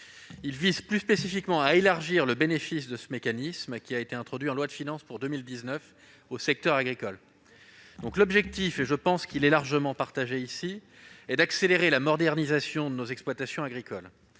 tend plus spécifiquement à élargir le bénéfice de ce mécanisme, qui a été introduit dans la loi de finances pour 2019, au secteur agricole. L'objectif, qui est, je pense, largement partagé ici, est d'accélérer la modernisation de nos exploitations agricoles.